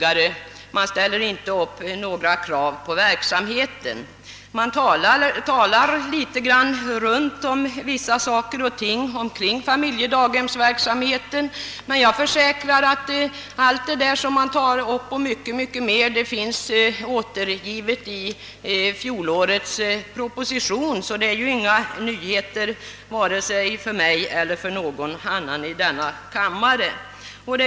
Man ställer inte upp några krav på verksamheten — man talar så att säga runt familjedaghemsverksamheten. Allt det man tar upp och mycket mer har emellertid framhållits i fjolårets proposition, så det rör sig inte om några nyheter för vare sig mig eller någon annan i denna kammare.